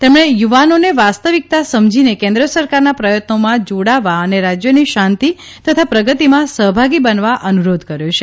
તેમણે યુવાનોને વાસ્તવિકતા સમજીને કેન્દ્ર સરકારના પ્રથત્નોમાં જોડાવા અને રાજયની શાંતિ તથા પ્રગતિમાં સહભાગી બનવા અનુરોધ કર્યો છે